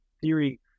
theory